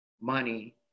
money